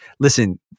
listen